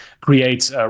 creates